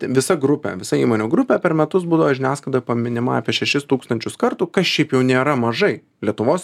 visa grupė visa įmonių grupė per metus buvo žiniasklaidoj paminima apie šešis tūkstančius kartų kas šiaip jau nėra mažai lietuvos